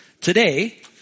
Today